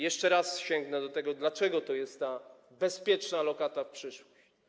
Jeszcze raz sięgnę do tego, dlaczego to jest bezpieczna lokata w przyszłość.